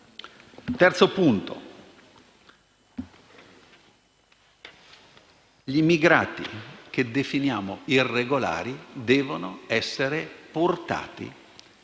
veloci. Gli immigrati che definiamo irregolari devono essere riportati